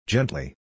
Gently